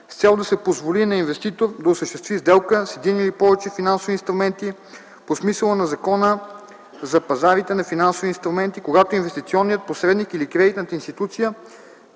с цел да се позволи на инвеститор да осъществи сделкa с един или повече финансови инструменти по смисъла на Закона за пазарите на финансови инструменти, когато инвестиционният посредник или кредитната институция,